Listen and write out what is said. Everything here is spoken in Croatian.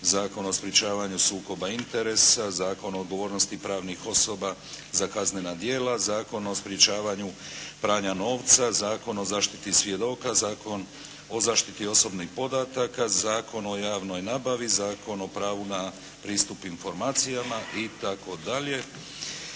Zakon o sprečavanju sukoba interesa, Zakon o odgovornosti pravnih osoba za kaznena djela, Zakon o sprečavanju pranja novca, Zakon o zaštiti svjedoka, Zakon o zaštiti osobnih podataka, Zakon o javnoj nabavi, Zakon o pravu na pristup informacijama itd.,